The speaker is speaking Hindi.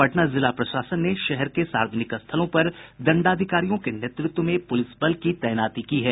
पटना जिला प्रशासन ने शहर के सार्वजनिक स्थलों पर दंडाधिकारियों के नेतृत्व में पुलिस बल की तैनाती की है